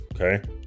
okay